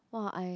!wah! I